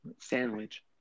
sandwich